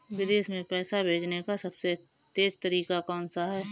विदेश में पैसा भेजने का सबसे तेज़ तरीका कौनसा है?